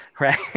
Right